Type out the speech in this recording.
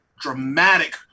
dramatic